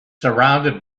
surrounded